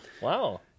wow